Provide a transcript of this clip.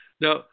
Now